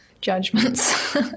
judgments